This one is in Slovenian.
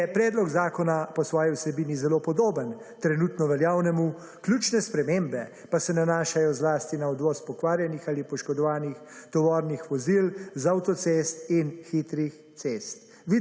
da je predlog zakona po svoji vsebini zelo podoben trenutno veljavnemu, ključne spremembe pa se nanašajo zlasti na odvoz pokvarjenih ali poškodovanih tovornih vozil z avtocest in hitrih cest.